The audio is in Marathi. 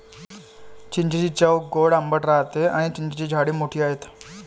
चिंचेची चव गोड आंबट राहते आणी चिंचेची झाडे मोठी आहेत